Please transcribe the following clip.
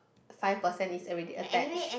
five percent is already attach